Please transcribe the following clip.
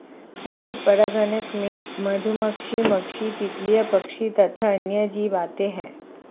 सजीव परागणक में मधुमक्खी, मक्खी, तितलियां, पक्षी तथा अन्य जीव आते हैं